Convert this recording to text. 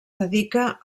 dedica